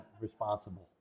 responsible